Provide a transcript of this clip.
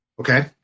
Okay